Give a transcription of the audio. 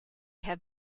have